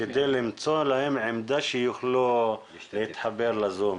כדי למצוא להם עמדה שיוכלו להתחבר לזום,